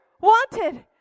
wanted